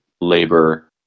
labor